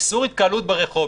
איסור התקהלות ברחוב,